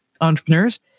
entrepreneurs